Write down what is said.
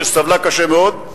שסבלה קשה מאוד,